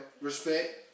Respect